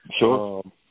Sure